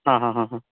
ಹಾಂ ಹಾಂ ಹಾಂ ಹಾಂ